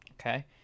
Okay